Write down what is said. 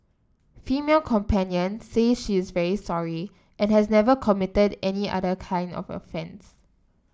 female companion say she is very sorry and has never committed any other kind of offence